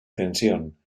tensión